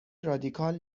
رادیکال